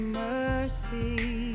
mercy